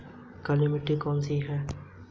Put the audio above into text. किस ऋणदाता की ब्याज दर कम है?